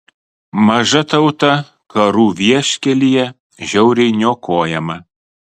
maža tauta karų vieškelyje žiauriai niokojama